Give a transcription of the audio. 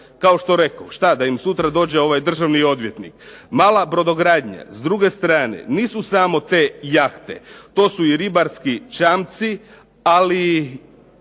Kao što rekoh, šta da im sutra dođe ovaj državni odvjetnik, mala brodogradnja s druge strane nisu samo te jahte to su i ribarski čamci ali